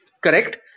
correct